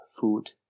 food